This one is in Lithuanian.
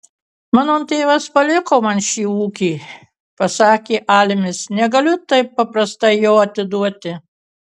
mano tėvas paliko man šį ūkį pasakė almis negaliu taip paprastai jo atiduoti